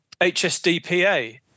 HSDPA